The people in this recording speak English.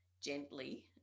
gently